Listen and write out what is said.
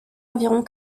environ